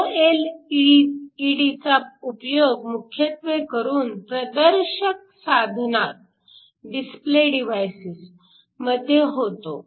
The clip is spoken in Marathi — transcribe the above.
ओएलईडीचा उपयोग मुख्यत्वे करून प्रदर्शक साधनात होतो